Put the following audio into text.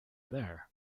there